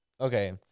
Okay